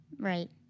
Right